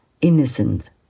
innocent